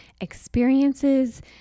experiences